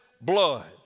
blood